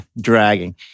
dragging